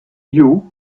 view